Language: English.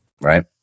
Right